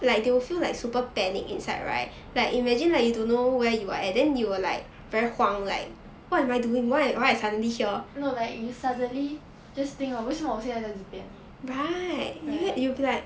no like you suddenly just think 为什么我现在在这边 right